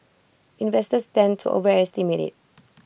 investors tend to overestimate IT